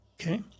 Okay